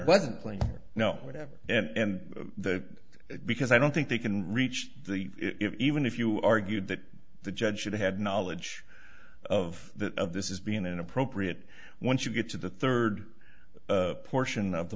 wasn't playing no whatever and that because i don't think they can reach the if even if you argued that the judge should have knowledge of that of this is being inappropriate once you get to the third portion of the